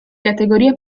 categoria